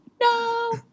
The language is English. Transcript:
no